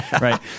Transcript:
right